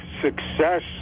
success